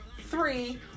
three